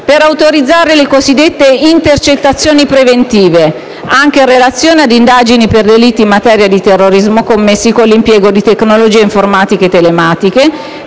per autorizzare le cosiddette intercettazioni preventive anche in relazione ad indagini per delitti in materia di terrorismo commessi con l'impiego di tecnologie informatiche o telematiche;